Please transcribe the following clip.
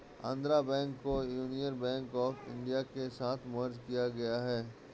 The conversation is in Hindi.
आन्ध्रा बैंक को यूनियन बैंक आफ इन्डिया के साथ मर्ज किया गया है